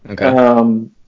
Okay